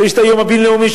והיום הבין-לאומי,